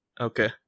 Okay